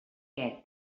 què